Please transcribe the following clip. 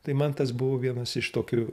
tai man tas buvo vienas iš tokių